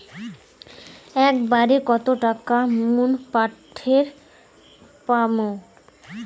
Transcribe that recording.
একবারে কত টাকা মুই পাঠের পাম?